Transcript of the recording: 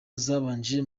zabanje